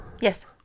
Yes